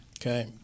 Okay